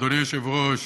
אדוני היושב-ראש,